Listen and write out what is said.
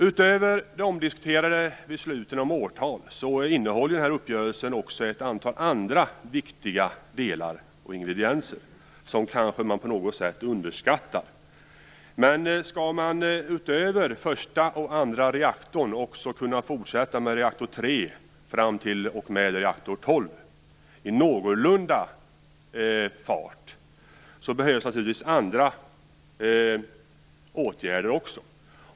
Utöver de omdiskuterade besluten om årtal innehåller uppgörelsen också ett antal andra viktiga delar och ingredienser, som kanske på något sätt har underskattats. Men skall man utöver den första och den andra reaktorn också kunna fortsätta med reaktor tre osv. fram t.o.m. reaktor tolv i någorlunda fart behövs naturligtvis också andra åtgärder.